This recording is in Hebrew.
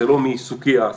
זה לא מעיסוקי הספציפי.